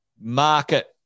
market